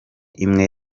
imwe